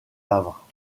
havre